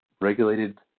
regulated